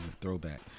Throwback